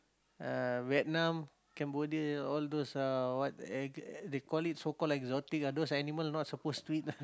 uh Vietnam Cambodia all those uh what they called it so called exotic ah those animal not supposed to eat